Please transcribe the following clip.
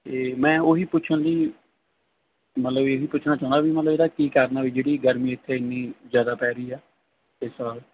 ਅਤੇ ਮੈਂ ਉਹ ਹੀ ਪੁੱਛਣ ਲਈ ਮਤਲਬ ਇਹ ਹੀ ਪੁੱਛਣਾ ਚਾਹੁੰਦਾ ਵੀ ਮਤਲਬ ਜਿਹੜਾ ਕੀ ਕਾਰਨ ਆ ਵੀ ਜਿਹੜੀ ਗਰਮੀ ਇੱਥੇ ਇੰਨੀ ਜ਼ਿਆਦਾ ਪੈ ਰਹੀ ਆ ਇਸ ਸਾਲ